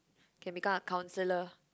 can become a counsellor